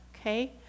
Okay